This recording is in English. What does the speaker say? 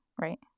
right